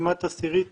פריסה לא זהירה